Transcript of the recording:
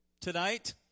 tonight